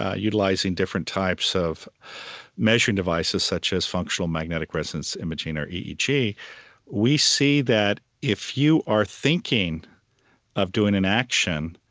ah utilizing different types of measuring devices, such as functional magnetic resonance imaging or eeg, we see that if you are thinking of doing an action,